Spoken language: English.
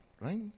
right